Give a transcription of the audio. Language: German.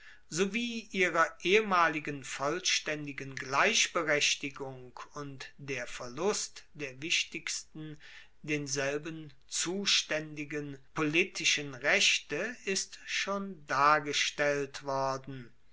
sowie ihrer ehemaligen vollstaendigen gleichberechtigung und der verlust der wichtigsten denselben zustaendigen politischen rechte ist schon dargestellt worden